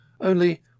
Only